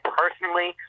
personally